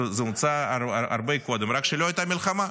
זה הומצא הרבה קודם, רק שלא הייתה מלחמה.